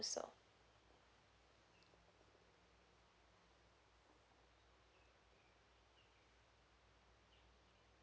also